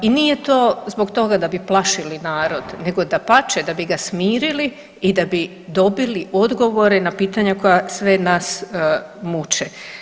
I nije to zbog toga da bi plašili narod, nego dapače da bi ga smirili i da bi dobili odgovore na pitanja koja sve nas muče.